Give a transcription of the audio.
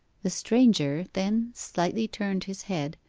the stranger then slightly turned his head,